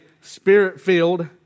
Spirit-filled